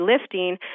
lifting